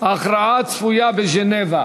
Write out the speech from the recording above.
ההכרעה הצפויה בז'נבה,